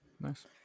nice